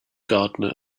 gardener